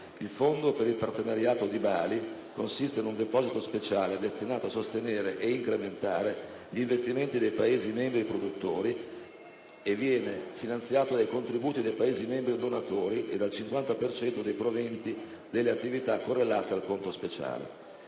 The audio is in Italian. il fondo per il partenariato di Bali consiste in un deposito speciale destinato a sostenere e incrementare gli investimenti dei Paesi membri produttori e viene finanziato dai contributi dei Paesi membri donatori e dal 50 per cento dei proventi delle attività correlate al conto speciale.